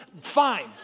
fine